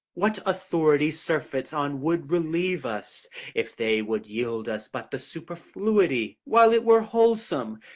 what authority surfeits on would relieve us if they would yield us but the superfluity, while it were wholesome,